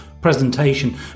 presentation